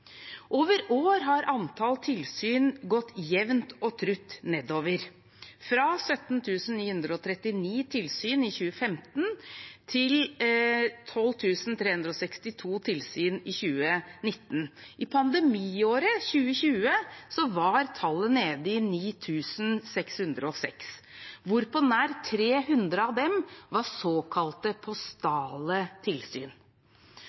Over år har antall tilsyn gått jevnt og trutt nedover, fra 17 939 tilsyn i 2015 til 12 362 tilsyn i 2019. I pandemiåret 2020 var tallet nede i 9 606, og nær 300 av disse var såkalte postale tilsyn.